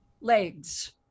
legs